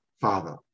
Father